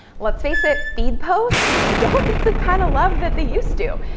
let's face it, feed posts just don't get the kind of love that they used to.